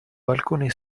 balcone